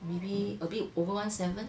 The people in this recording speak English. maybe a bit over one seven